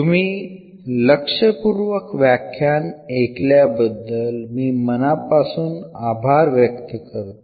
तुम्ही लक्षपूर्वक व्याख्यान ऐकल्याबद्दल मी मनापासून आभार व्यक्त करतो